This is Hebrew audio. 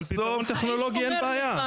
אבל פתרון טכנולוגי אין בעיה.